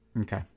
okay